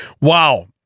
wow